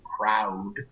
proud